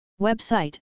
Website